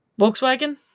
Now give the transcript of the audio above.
Volkswagen